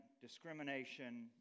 discrimination